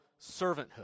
servanthood